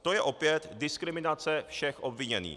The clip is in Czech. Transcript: To je opět diskriminace všech obviněných.